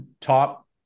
top